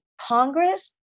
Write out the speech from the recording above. Congress